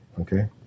Okay